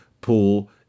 pool